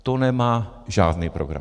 To nemá žádný program.